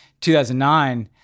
2009